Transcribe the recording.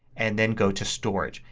and then go to storage.